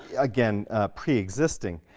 again pre-existing.